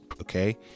okay